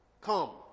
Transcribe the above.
Come